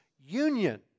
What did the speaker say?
union